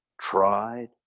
tried